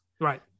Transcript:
Right